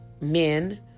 men